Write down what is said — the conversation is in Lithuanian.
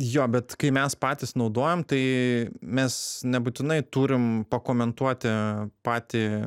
jo bet kai mes patys naudojam tai mes nebūtinai turim pakomentuoti patį